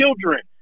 children